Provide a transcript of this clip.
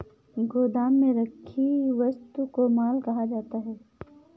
गोदाम में रखी वस्तु को माल कहा जाता है